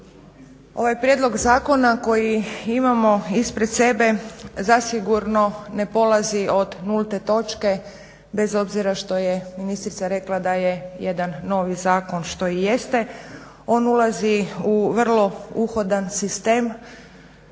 ovaj prijedlog zakona koji imamo ispred sebe zasigurno ne polazi od nulte točke bez obzira što je ministrica rekla da je jedan novi zakon što i jeste. On ulazi u vrlo uhodan sistem